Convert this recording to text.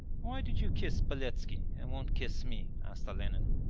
why did you kiss beletski and won't kiss me asked olenin.